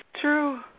true